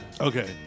Okay